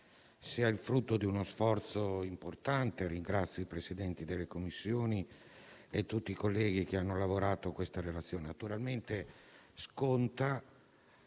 sia il frutto di uno sforzo importante e ringrazio i Presidenti delle Commissioni e tutti i colleghi che vi hanno lavorato. Essa naturalmente sconta